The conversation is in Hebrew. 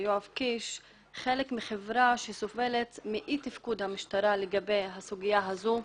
חלק מחברה שסובלת מאי תפקוד המשטרה לגבי הסוגיה הזו.